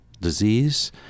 disease